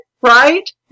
right